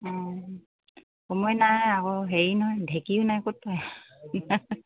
অঁ সময় নাই আকৌ হেৰি নহয় ঢেঁকিও নাই ক'তো